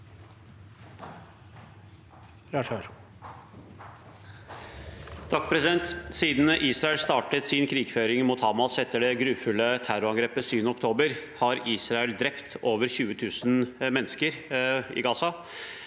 (V) Siden Israel startet sin krigføring mot Hamas etter det grufulle terrorangrepet 7. oktober, har Israel drept over 20 000 mennesker i Gaza,